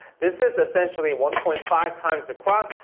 this is essentially one point five times the crop,